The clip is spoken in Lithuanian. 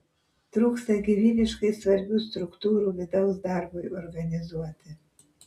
trūksta gyvybiškai svarbių struktūrų vidaus darbui organizuoti